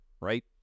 Right